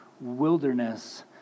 wilderness